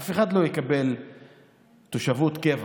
אף אחד לא יקבל תושבות קבע